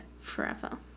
forever